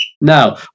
Now